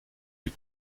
you